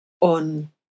on